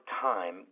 time